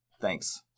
Thanks